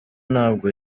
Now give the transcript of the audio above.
ntabwo